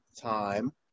time